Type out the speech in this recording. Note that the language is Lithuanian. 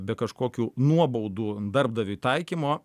be kažkokių nuobaudų darbdaviui taikymo